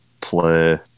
play